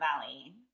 Valley